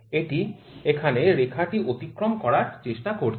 এটি এখানে রেখাটি অতিক্রম করার চেষ্টা করছে